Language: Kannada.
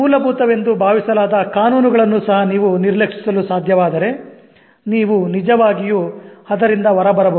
ಮೂಲಭೂತ ವೆಂದು ಭಾವಿಸಲಾದ ಕಾನೂನುಗಳನ್ನು ಸಹ ನೀವು ನಿರ್ಲಕ್ಷಿಸಲು ಸಾಧ್ಯವಾದರೆ ನೀವು ನಿಜವಾಗಿಯೂ ಅದರಿಂದ ಹೊರ ಬರಬಹುದು